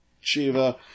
Shiva